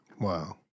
Wow